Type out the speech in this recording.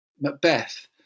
Macbeth